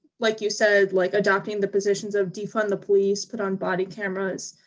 like you said, like, adopting the positions of defund the police put on body cameras,